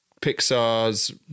Pixar's